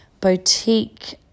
boutique